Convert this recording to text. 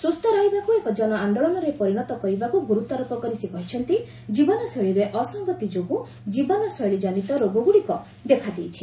ସୁସ୍ଥ ରହିବାକୁ ଏକ ଜନଆନ୍ଦୋଳନରେ ପରିଣତ କରିବାକୁ ଗୁରୁତ୍ୱାରୋପ କରି ସେ କହିଛନ୍ତି କୀବନଶୈଳୀରେ ଅସଙ୍ଗତୀ ଯୋଗୁଁ ଜୀବନଶୈଳୀକନିତ ରୋଗଗୁଡ଼ିକ ଦେଖା ଦେଇଛି